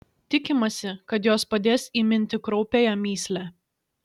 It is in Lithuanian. tikimasi kad jos padės įminti kraupiąją mįslę